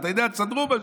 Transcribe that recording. אתה יודע, תסדרו.